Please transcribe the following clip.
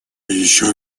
еще